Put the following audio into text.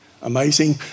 Amazing